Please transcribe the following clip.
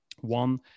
One